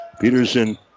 Peterson